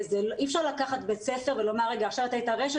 אי אפשר לקחת בית ספר ולומר: עד כה היית רשת